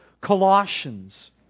Colossians